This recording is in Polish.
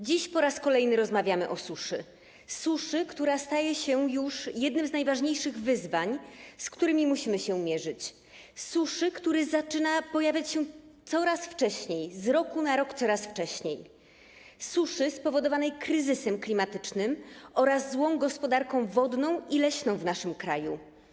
Dziś po raz kolejny rozmawiamy o suszy, suszy, która staje się już jednym z najważniejszych wyzwań, z którymi musimy się mierzyć, suszy, która zaczyna pojawiać się coraz wcześniej, z roku na rok coraz wcześniej, suszy spowodowanej kryzysem klimatycznym oraz złą gospodarką wodną i leśną w naszym kraju.